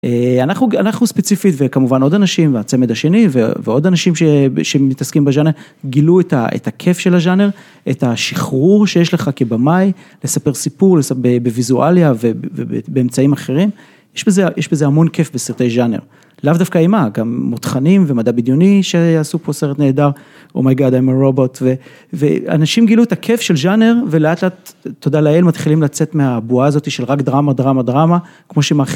אנחנו ספציפית וכמובן עוד אנשים והצמד השני ועוד אנשים שמתעסקים בז'אנר, גילו את הכיף של הז'אנר, את השחרור שיש לך כבמאי, לספר סיפור בוויזואליה ובאמצעים אחרים, יש בזה המון כיף בסרטי ז'אנר, לאו דווקא אימה, גם מותחנים ומדע בדיוני שעשו פה סרט נהדר, Oh My God I'm a Robot, ואנשים גילו את הכיף של ז'אנר ולאט לאט, תודה לאל, ומתחילים לצאת מהבועה הזאת של רק דרמה, דרמה, דרמה, כמו